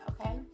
Okay